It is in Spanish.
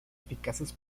eficaces